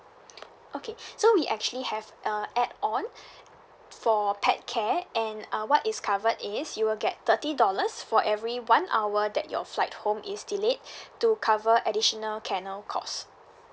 okay so we actually have uh add on for pet care and uh what is covered is you will get thirty dollars for every one hour that your flight home is delayed to cover additional canal cost